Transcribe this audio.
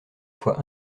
fois